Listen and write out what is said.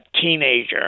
teenager